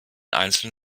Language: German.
einzelnen